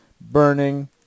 burning